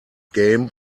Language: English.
game